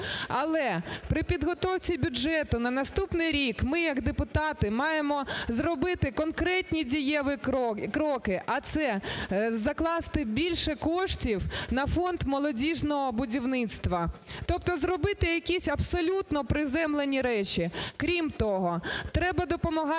Але при підготовці бюджету на наступний рік ми як депутати маємо зробити конкретні дієві кроки, а це закласти більше коштів на фонд молодіжного будівництва, тобто зробити якісь абсолютно приземлені речі. Крім того, треба допомагати підприємцям,